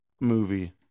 Movie